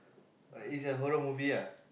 oh it's a Marvel movie ah